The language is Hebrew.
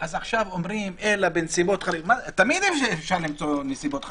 אז עכשיו אומרים: אלא בנסיבות חריגות תמיד אפשר למצוא נסיבות חריגות.